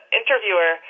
interviewer